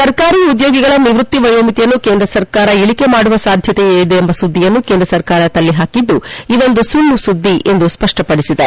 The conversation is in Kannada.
ಸರ್ಕಾರಿ ಉದ್ಯೋಗಿಗಳ ನಿವೃತ್ತಿ ವಯೋಮಿತಿಯನ್ನು ಕೇಂದ್ರ ಸರ್ಕಾರ ಇಳಿಕೆ ಮಾಡುವ ಸಾಧ್ಯತೆಯಿದೆ ಎಂಬ ಸುದ್ದಿಯನ್ನು ಕೇಂದ್ರ ಸರ್ಕಾರ ತಳ್ಳಿ ಹಾಕಿದ್ದು ಇದೊಂದು ಸುಳ್ಳು ಸುದ್ದಿ ಎಂದು ಸ್ಪಷ್ಟಪದಿಸಿದೆ